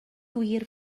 gwir